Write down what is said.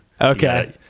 okay